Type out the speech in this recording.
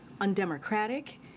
undemocratic